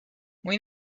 muy